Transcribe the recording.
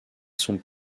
sont